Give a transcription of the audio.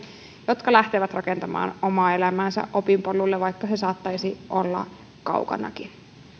jotka lähtevät rakentamaan omaa elämäänsä opinpolulle vaikka se saattaisi olla kaukanakin